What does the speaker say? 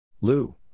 Lou